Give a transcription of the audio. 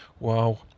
Wow